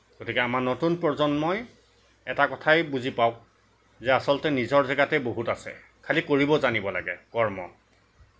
গতিকে আমাৰ নতুন প্ৰজন্মই এটা কথাই বুজি পাওঁক যে আচলতে নিজৰ জেগাতেই বহুত আছে খালী কৰিব জানিব লাগে কৰ্ম